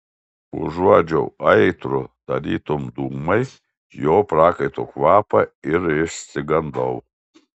užuodžiau aitrų tarytum dūmai jo prakaito kvapą ir išsigandau